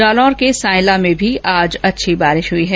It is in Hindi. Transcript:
जालोर के सायला में भी आज अच्छी बारिश हुई है